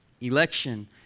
Election